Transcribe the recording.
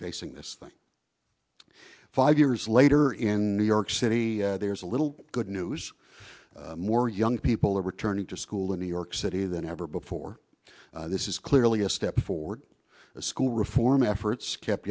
facing this thing five years later in new york city there's a little good news more young people are returning to school in new york city than ever before this is clearly a step forward school reform efforts kept